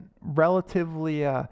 relatively